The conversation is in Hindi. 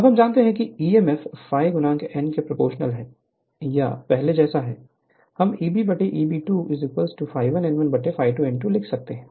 अब हम जानते हैं कि Emf ∅ n के प्रोपोर्शनल है या पहले जैसा है हम Eb1Eb2 ∅1 n1∅2 n2 लिख सकते हैं